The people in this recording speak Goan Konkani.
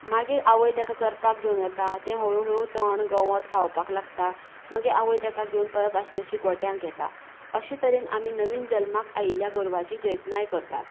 मागीर आवय ताका चरपाक घेवन वता ते हळूहळू तण गवत खावपाक लागता मागीर आवय ताका परत आशी तशी गोठ्यांक येता अशे तरेन आनी नवीन जल्माक आयिल्ल्या गोरवांची जतनाय करतात